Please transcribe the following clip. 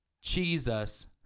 Jesus